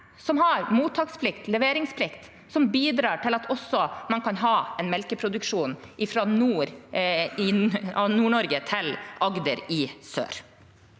som har mottaksplikt og leveringsplikt, som bidrar til at man også kan ha melkeproduksjon fra nord i Nord-Norge til Agder i sør.